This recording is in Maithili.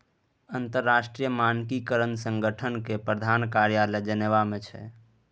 अंतरराष्ट्रीय मानकीकरण संगठन केर प्रधान कार्यालय जेनेवा मे छै